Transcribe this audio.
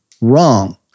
wrong